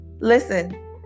listen